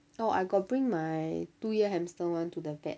orh I got bring my two year hamster one to the vet